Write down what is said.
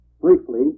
briefly